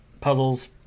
puzzles